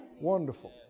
wonderful